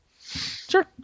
Sure